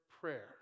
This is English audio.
Prayer